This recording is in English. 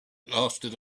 lasted